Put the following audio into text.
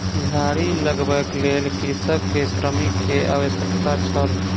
झाड़ी लगबैक लेल कृषक के श्रमिक के आवश्यकता छल